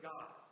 God